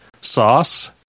sauce